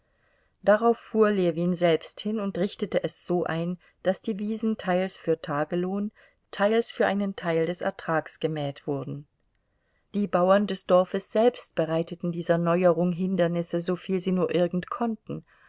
darauf fuhr ljewin selbst hin und richtete es so ein daß die wiesen teils für tagelohn teils für einen teil des ertrags gemäht wurden die bauern des dorfes selbst bereiteten dieser neuerung hindernisse soviel sie nur irgend konnten